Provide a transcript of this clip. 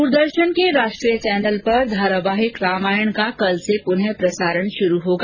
दूरदर्शन के राष्ट्रीय चैनल पर धारावाहिक रामायण का कल से पुनः प्रसारण शुरू होगा